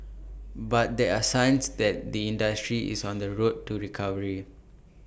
but there are signs that the industry is on the road to recovery